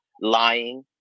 lying